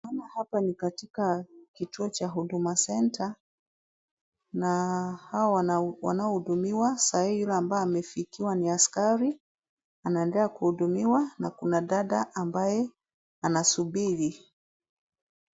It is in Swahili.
Naona hapa ni katika kituo cha Huduma Centre na hawa wanaohudumiwa sahii yule ambeye amefikiwa ni askari. Anaedelea kuhudumiwa na kuna dada ambaye anasubiri.